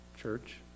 Church